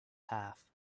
path